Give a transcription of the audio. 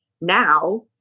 now